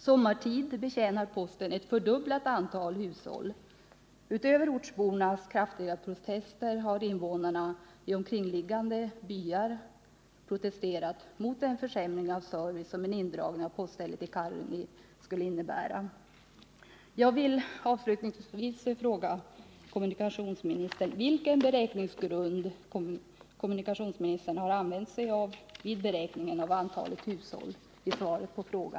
Sommartid betjänar posten ett fördubblat antal hushåll. Förutom ortsborna har även invånarna i byarna runt omkring kraftigt protesterat mot den försämring av servicen som en indragning av poststället i Karungi skulle innebära.